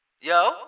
Yo